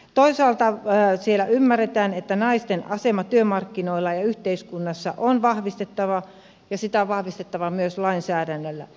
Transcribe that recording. toisaalta siellä ymmärretään että naisten asemaa työmarkkinoilla ja yhteiskunnassa on vahvistettava ja sitä on vahvistettava myös lainsäädännöllä